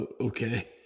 Okay